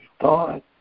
thought